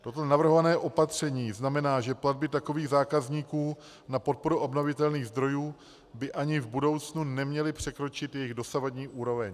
Toto navrhované opatření znamená, že platby takových zákazníků na podporu obnovitelných zdrojů by ani v budoucnu neměly překročit jejich dosavadní úroveň.